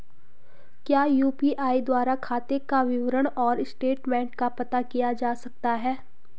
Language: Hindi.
क्या यु.पी.आई द्वारा खाते का विवरण और स्टेटमेंट का पता किया जा सकता है?